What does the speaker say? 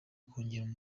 kongera